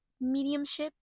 mediumship